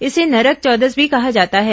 इसे नरक चौदस भी कहा जाता है